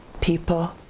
people